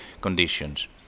conditions